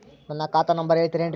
ನನ್ನ ಖಾತಾ ನಂಬರ್ ಹೇಳ್ತಿರೇನ್ರಿ?